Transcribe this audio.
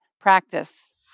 Practice